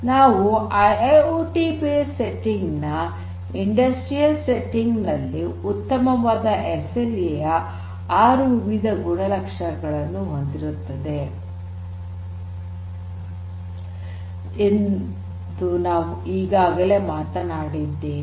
ನಾವು IIoT based setting ನ ಕೈಗಾರಿಕಾ ಸೆಟ್ಟಿಂಗ್ ನಲ್ಲಿ ಉತ್ತಮವಾದ ಎಸ್ಎಲ್ಎ ಯು ಆರು ವಿವಿಧ ಗುಣಲಕ್ಷಣಗಳನ್ನು ಹೊಂದಿರುತ್ತದೆ ಎಂದು ನಾವು ಈಗಾಗಲೇ ಮಾತನಾಡಿದ್ದೇವೆ